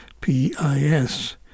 PIS